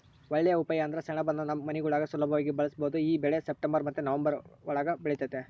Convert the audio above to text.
ಒಳ್ಳೇ ಉಪಾಯ ಅಂದ್ರ ಸೆಣಬುನ್ನ ನಮ್ ಮನೆಗುಳಾಗ ಸುಲುಭವಾಗಿ ಬೆಳುಸ್ಬೋದು ಈ ಬೆಳೆ ಸೆಪ್ಟೆಂಬರ್ ಮತ್ತೆ ನವಂಬರ್ ಒಳುಗ ಬೆಳಿತತೆ